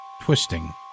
Twisting